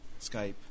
Skype